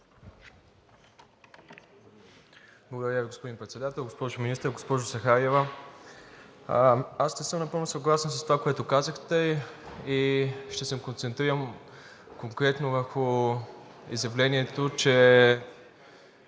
Благодаря, господин Председател. Госпожо Министър, госпожо Захариева, аз не съм напълно съгласен с това, което казахте, и ще се концентрирам конкретно върху изявлението, че